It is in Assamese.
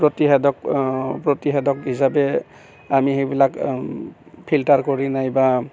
প্ৰতিষেধক প্ৰতিষেধক হিচাপে আমি সেইবিলাক ফিল্টাৰ কৰি নাইবা